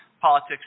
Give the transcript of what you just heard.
Politics